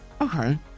Okay